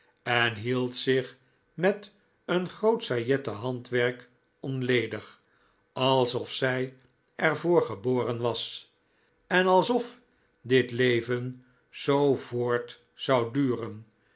en hield zich met een groot sajetten handwerk onledig alsof zij er voor geboren was en alsof dit leven zoo voort zou duren